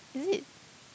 is it